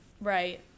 right